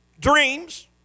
dreams